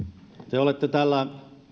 te olette täällä